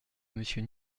monsieur